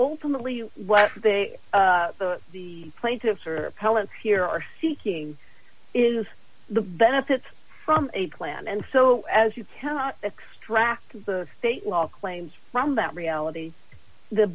ultimately what they the plaintiffs are pellets here are seeking is the benefits from a plan and so as you can extract the state law claims from that reality the